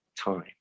time